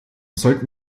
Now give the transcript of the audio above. sollten